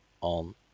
on